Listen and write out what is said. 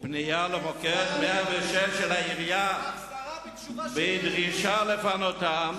ופנייה למוקד 106 של העירייה בדרישה לפנותם,